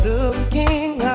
Looking